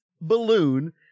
balloon